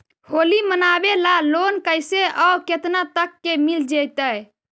होली मनाबे ल लोन कैसे औ केतना तक के मिल जैतै?